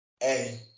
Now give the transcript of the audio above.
Hey